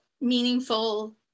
meaningful